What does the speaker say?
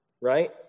right